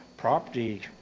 Property